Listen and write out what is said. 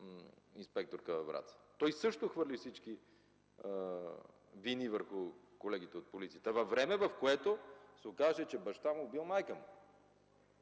инспекторка във Враца. Той също хвърли всички вини върху колегите от полицията, във време в което се оказа, че баща му бил майка му.